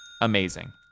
amazing